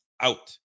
out